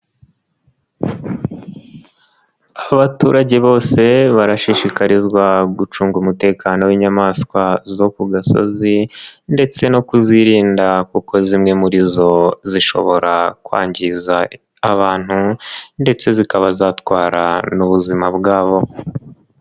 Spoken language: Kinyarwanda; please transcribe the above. Abaturage bose barashishikarizwa gucunga umutekano w'inyamaswa zo ku gasozi ndetse no kuzirinda kuko zimwe muri zo zishobora kwangiza abantu ndetse zikaba zatwara n'ubuzima bwabo.